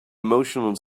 emotional